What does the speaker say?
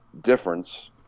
difference